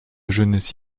jeunesse